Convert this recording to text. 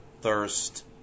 thirst